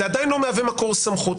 זה עדיין לא מהווה מקור סמכות.